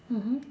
mmhmm